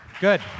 good